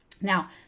now